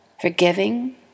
forgiving